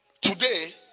Today